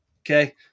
Okay